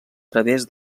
través